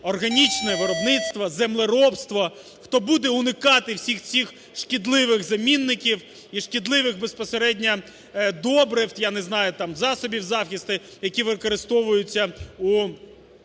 органічне виробництво, землеробство, хто буде уникати всіх цих шкідливих замінників і шкідливих безпосередньо добрив, я не знаю, там засобів захисту, які використовуються у